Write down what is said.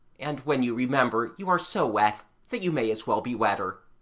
and, when you remember, you are so wet that you may as well be wetter.